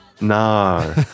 No